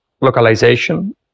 localization